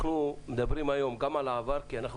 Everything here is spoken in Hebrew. אנחנו מדברים היום גם על העבר כי אנחנו